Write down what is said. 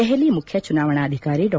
ದೆಹಲಿ ಮುಖ್ಯ ಚುನಾವಣಾಧಾಕಾರಿ ಡಾ